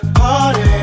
party